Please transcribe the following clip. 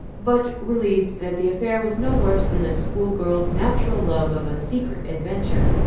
but relieved that the affair was no worse than a schoolgirl's natural love of a secret adventure.